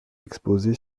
exposée